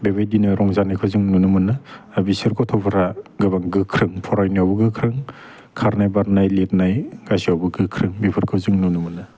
बेबायदिनो रंजानायखौ जों नुनो मोनो आरो बिसोर गथ'फोरा गोबां गोख्रों फरायनायावबो गोख्रों खारनाय बारनाय लिरनाय गासैआवबो गोख्रोें बेफोरखौ जों नुनो मोनो